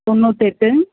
தொண்ணூற்தெட்டு